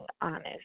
honest